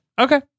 Okay